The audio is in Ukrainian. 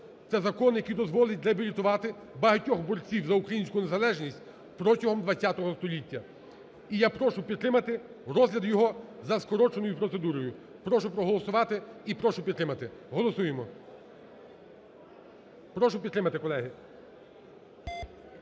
Це закон, який дозволить реабілітувати багатьох борців за українську незалежність протягом ХХ століття. І я прошу підтримати розгляд його за скороченою процедурою. Прошу проголосувати і прошу підтримати. Голосуємо. Прошу підтримати, колеги.